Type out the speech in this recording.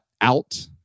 Out